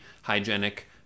hygienic